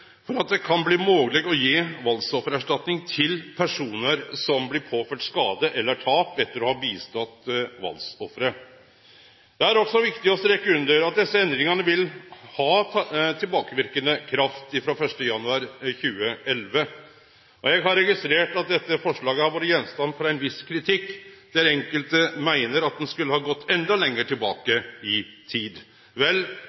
for at det kan bli mogleg å gje valdsoffererstatning til personar som blir påførte skade eller tap etter å ha gjeve hjelp til valdsoffer. Det er også viktig å streke under at desse endringane vil ha tilbakeverkande kraft frå 1. januar 2011. Eg har registrert at dette forslaget har vore gjenstand for ein viss kritikk, der enkelte meiner at ein skulle ha gått enda lenger tilbake i tid. Vel,